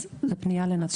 אז זו פנייה לנתיב.